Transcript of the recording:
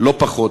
לא פחות,